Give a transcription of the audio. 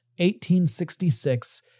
1866